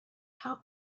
how